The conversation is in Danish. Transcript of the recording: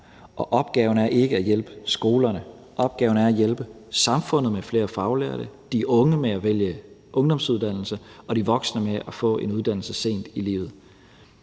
Opgaven er ikke at hjælpe skolerne; opgaven er at hjælpe samfundet med flere faglærte, hjælp de unge med at vælge ungdomsuddannelse og hjælpe de voksne med at få en uddannelse sent i livet.